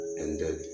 ended